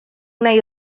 nahi